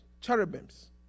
cherubims